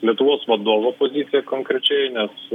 lietuvos vadovo pozicija konkrečiai nes